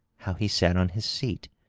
how he sat on his seat,